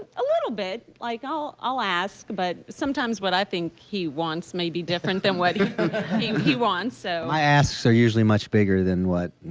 a little bit. like i'll i'll ask. but sometimes what i think he wants may be different from what he he wants. so my asks are usually much bigger than what